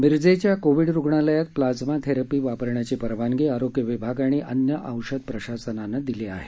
मिरजेच्या कोविड रुग्णालयात plasma therapy वापरण्याची परवानगी आरोग्य विभाग आणि अन्न औषध प्रशासनाने दिली आहे